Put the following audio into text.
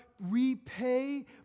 repay